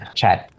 chat